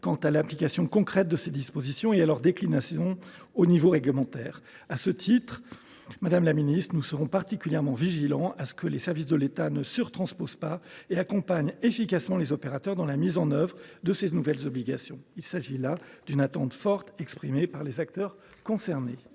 quant à l’application concrète de ces dispositions et à leur déclinaison au niveau réglementaire. À ce titre, madame la ministre, nous veillerons particulièrement à ce que les services de l’État ne surtransposent pas la directive et accompagnent efficacement les opérateurs dans la mise en œuvre de ces nouvelles obligations. Il s’agit là d’une attente forte exprimée par les acteurs concernés.